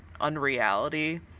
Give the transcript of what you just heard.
unreality